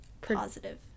positive